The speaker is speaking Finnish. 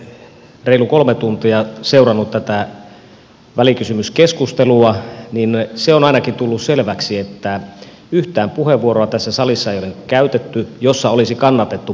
kun olen reilut kolme tuntia seurannut tätä välikysymyskeskustelua niin se on ainakin tullut selväksi että tässä salissa ei ole käytetty yhtään puheenvuoroa jossa olisi kannatettu pakkoliitoksia